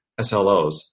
SLOs